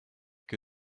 que